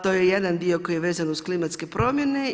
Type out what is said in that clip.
To je jedan dio koji je vezan uz klimatske promjene.